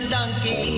Donkey